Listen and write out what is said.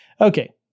Okay